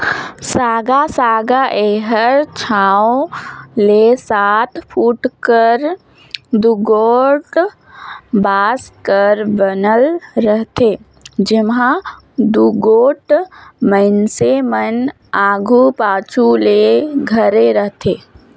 साँगा साँगा एहर छव ले सात फुट कर दुगोट बांस कर बनल रहथे, जेम्हा दुगोट मइनसे मन आघु पाछू ले धरे रहथे